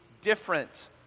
different